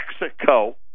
Mexico